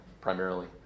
primarily